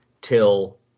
till